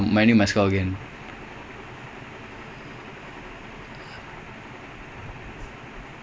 no it's just Arsenal like they monthly they do each each club there's a like most clubs do monthly